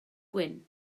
gwyn